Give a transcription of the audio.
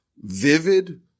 vivid